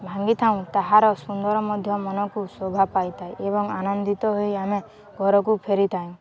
ଭାଙ୍ଗିଥାଉଁ ତାହାର ସୁନ୍ଦର ମଧ୍ୟ ମନକୁ ଶୋଭା ପାଇଥାଏ ଏବଂ ଆନନ୍ଦିତ ହୋଇ ଆମେ ଘରକୁ ଫେରିଥାଉ